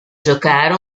giocare